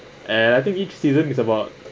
and I think each season is about